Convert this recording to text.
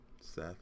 Seth